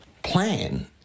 plan